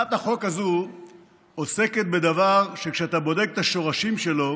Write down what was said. הצעת החוק הזו עוסקת בדבר שכשאתה בודק את השורשים שלו